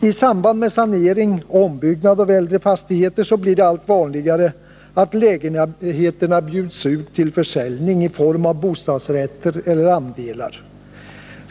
I samband med sanering och ombyggnad av äldre fastigheter blir det allt vanligare att lägenheterna bjuds uttill försäljning i form av bostadsrätter eller andelar.